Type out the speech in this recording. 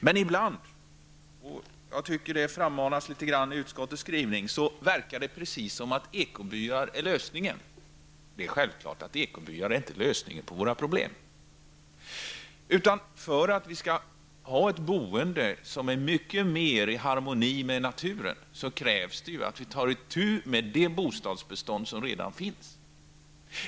Men ibland -- det tycker jag frammanas litet i utskottets skrivning -- verkar det precis som att ekobyarna skulle vara lösningen. Det är självklart att ekobyar inte är lösningen på våra problem. För att vi skall ha ett boende som är mycket mera i harmoni med naturen krävs att vi tar itu med det bostadsbestånd som redan finns.